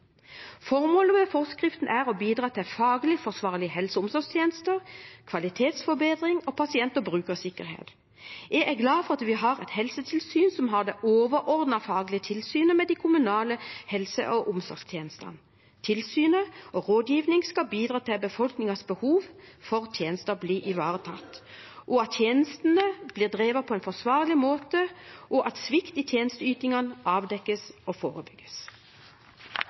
Formålet med forskriften er å bidra til faglig forsvarlige helse- og omsorgstjenester, kvalitetsforbedring og pasient- og brukersikkerhet. Jeg er glad for at vi har et helsetilsyn som har det overordnede faglige tilsynet med de kommunale helse- og omsorgstjenestene. Tilsyn og rådgivning skal bidra til at befolkningens behov for tjenester blir ivaretatt, at tjenestene blir drevet på en forsvarlig måte, og at svikt i tjenesteytingene avdekkes og forebygges.